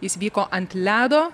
jis vyko ant ledo